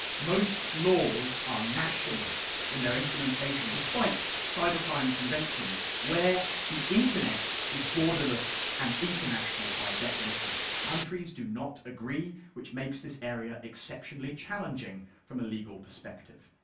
most laws are national in their implementation, despite cybercrime conventions, where the internet is borderless and international by definition. countries do not agree, which makes this area exceptionally challenging from a legal perspective.